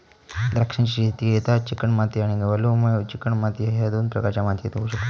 द्राक्षांची शेती रेताळ चिकणमाती आणि वालुकामय चिकणमाती ह्य दोन प्रकारच्या मातीयेत होऊ शकता